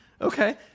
okay